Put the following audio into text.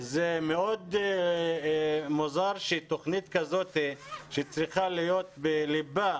זה מאוד מוזר שתוכנית כזאת שצריכה להיות בליבת